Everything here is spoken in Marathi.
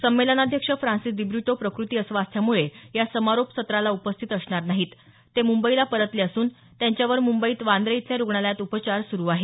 संमेलनाध्यक्ष फ्रान्सिस दिब्रिटो प्रकृती अस्वास्थ्यामुळे या समारोप सत्राला उपस्थित असणार नाहीत ते मुंबईला परतले असून त्यांच्यावर मुंबईत वांद्रे इथल्या रुग्णालयात उपचार सुरू आहेत